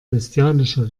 bestialischer